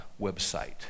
website